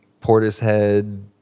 Portishead